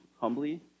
humbly